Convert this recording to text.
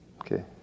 Okay